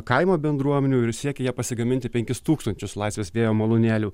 kaimo bendruomenių ir siekia jie pasigaminti penkis tūkstančius laisvės vėjo malūnėlių